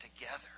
together